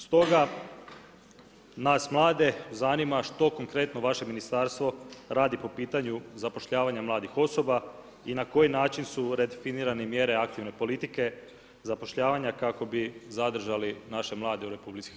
Stoga, nas mlade, zanima, što konkretno, vaše ministarstvo, radi po pitanju zapošljavanja mladih osoba i na koji način su redefinirane mjere aktivne politike zapošljavanja kako bi zadržali naše mlade u RH.